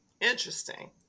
Interesting